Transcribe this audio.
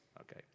okay